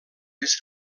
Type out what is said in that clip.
més